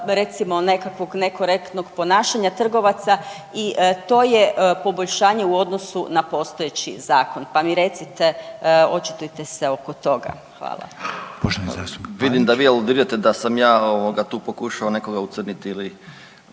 recimo nekakvog nekorektnog ponašanja trgovaca i to je poboljšanje u odnosu na postojeći zakon, pa mi recite, očitujte se oko toga. Hvala.